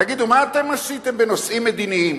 תגידו, מה אתם עשיתם בנושאים מדיניים